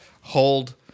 hold